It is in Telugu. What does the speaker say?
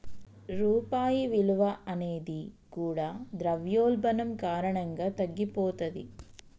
రూపాయి విలువ అనేది కూడా ద్రవ్యోల్బణం కారణంగా తగ్గిపోతది